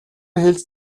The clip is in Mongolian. хэлж